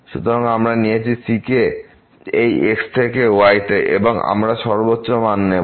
সুতরাং আমরা নিয়েছি c কে এই x থেকে y তে এবং আমরা এর সর্বোচ্চ মান নেব